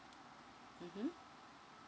mmhmm